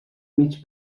mig